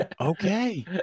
Okay